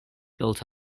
built